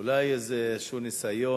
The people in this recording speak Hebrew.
אולי איזה ניסיון?